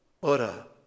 ora